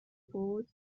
بود